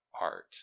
art